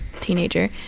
teenager